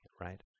right